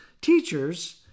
teachers